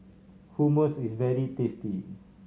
hummus is very tasty